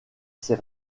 ses